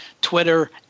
Twitter